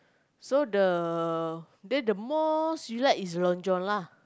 so the the most you like is Long John lah